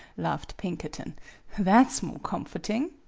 laughed pinkerton that s more comforting.